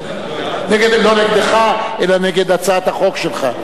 לא נגדך אלא הצעת החוק שלך.